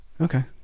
Okay